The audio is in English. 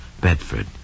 Bedford